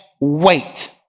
wait